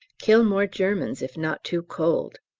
kill more germans if not too cold.